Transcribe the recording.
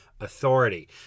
Authority